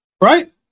Right